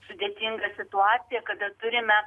sudėtingą situaciją kada turime